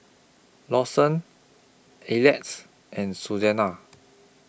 Lawson Elliott's and Susanna